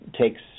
takes